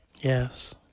Yes